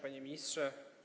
Panie Ministrze!